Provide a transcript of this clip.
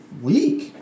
Week